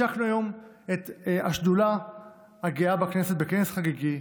השקנו היום את השדולה הגאה בכנסת בכנס חגיגי,